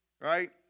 right